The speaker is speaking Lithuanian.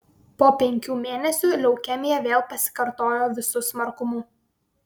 po penkių mėnesių leukemija vėl pasikartojo visu smarkumu